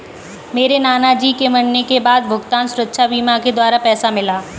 मेरे नाना जी के मरने के बाद भुगतान सुरक्षा बीमा के द्वारा पैसा मिला